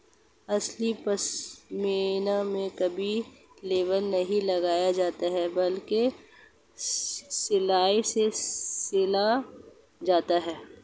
असली पश्मीना में कभी लेबल नहीं लगाया जाता बल्कि सिलाई से सिला जाता है